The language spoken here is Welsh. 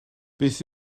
beth